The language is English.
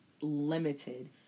limited